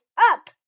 up